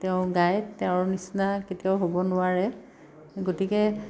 তেওঁ গায় তেওঁৰ নিচিনা কেতিয়াও হ'ব নোৱাৰে গতিকে